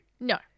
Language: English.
No